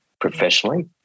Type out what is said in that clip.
professionally